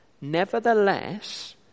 Nevertheless